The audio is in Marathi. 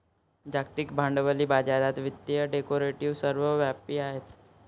जागतिक भांडवली बाजारात वित्तीय डेरिव्हेटिव्ह सर्वव्यापी आहेत